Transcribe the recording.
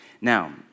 Now